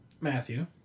Matthew